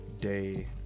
day